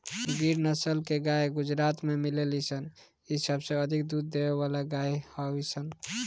गिर नसल के गाई गुजरात में मिलेली सन इ सबसे अधिक दूध देवे वाला गाई हई सन